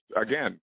again